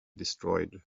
destroyed